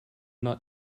not